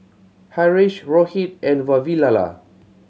Haresh Rohit and Vavilala